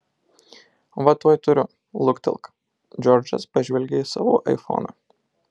va tuoj turiu luktelk džordžas pažvelgė į savo aifoną